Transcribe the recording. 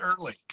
early